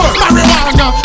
Marijuana